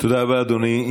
תודה רבה, אדוני.